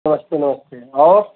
नमस्ते नमस्ते और